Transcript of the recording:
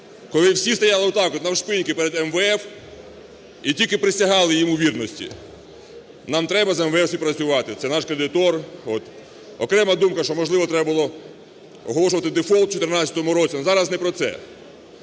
Коли всі стояли от так от, навшпиньки, перед МВФ, і тільки присягали йому в вірності. Нам треба з МВФ всім працювати - це наш кредитор. Окрема думка, що, можливо, треба було оголошувати дефолт в 2014 році, але зараз не про це.